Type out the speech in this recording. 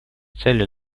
целью